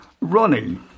Ronnie